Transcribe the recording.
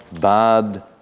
bad